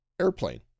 airplane